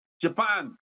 Japan